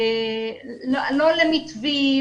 לא למתווים,